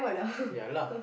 ya lah